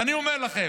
ואני אומר לכם,